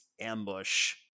ambush